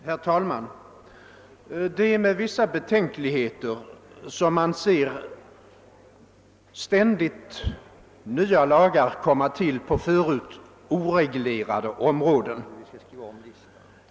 Herr talman! Det är med vissa betänkligheter som man ser ständigt nya lagar komma till på förut oreglerade områden.